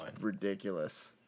ridiculous